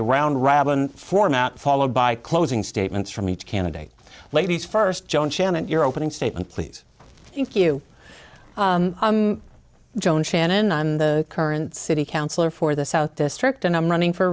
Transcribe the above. a round robin format followed by closing statements from each candidate ladies first joan shannon your opening statement please thank you joan shannon and the current city councillor for the south district and i'm running for